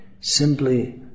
Simply